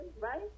right